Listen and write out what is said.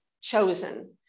chosen